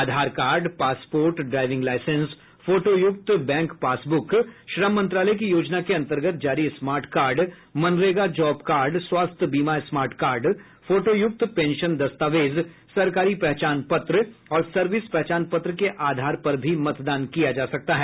आधार card passport driving licence फोटोयुक्त bank passbook श्रम मंत्रालय की योजना के अन्तर्गत जारी स्मार्ट कार्ड मनरेगा जॉब कार्ड स्वास्थ्य बीमा स्मार्ट कार्ड फोटोयुक्त पेंशन दस्तावेज सरकारी पहचान पत्र और सर्विस पहचान पत्र के आधार पर भी मतदान किया जा सकता है